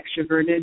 extroverted